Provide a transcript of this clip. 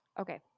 okay